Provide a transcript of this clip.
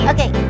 Okay